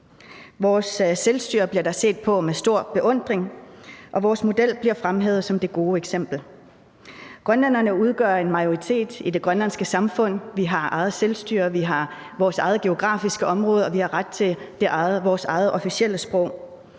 Vores selvstyre bliver set på med stor beundring, og vores model bliver fremhævet som det gode eksempel. Grønlænderne udgør en majoritet i det grønlandske samfund, vi har eget selvstyre, vi har vores eget geografiske område, og vi har ret til vores eget officielle sprog.